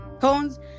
cones